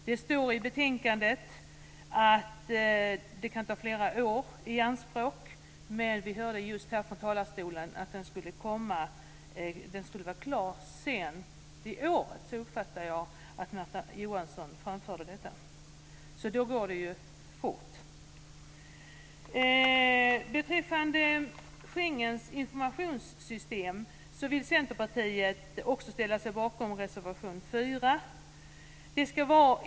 Det står i betänkandet att det kan ta flera år i anspråk, men vi har nyss från denna talarstol av Märta Johansson fått höra att den ska bli klar sent i år. Centerpartiet ställa sig bakom reservation 4.